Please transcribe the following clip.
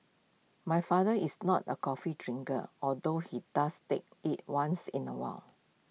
my father is not A coffee drinker although he does take IT once in A while